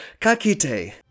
kakite